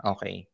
Okay